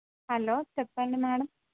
hello చెప్పండి madam